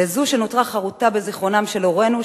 לזו שנותרה חרותה בזיכרונם של הורינו,